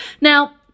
Now